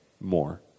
more